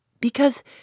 Because